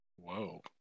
Whoa